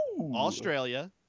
Australia